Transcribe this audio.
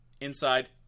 Inside